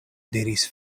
diris